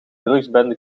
drugsbende